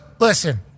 Listen